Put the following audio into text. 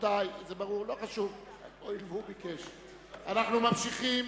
אנחנו ממשיכים: